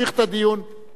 תודה רבה לאורחינו,